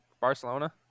Barcelona